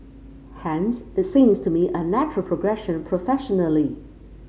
hence it seems to me a natural progression professionally